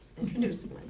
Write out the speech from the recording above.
introducing